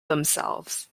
themselves